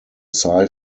sci